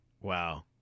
Wow